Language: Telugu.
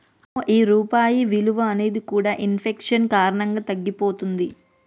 అమ్మో ఈ రూపాయి విలువ అనేది కూడా ఇన్ఫెక్షన్ కారణంగా తగ్గిపోతుంది